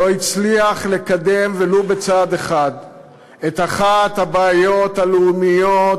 הוא לא הצליח לקדם ולו בצעד אחד את פתרון אחת הבעיות הלאומיות